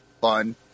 fun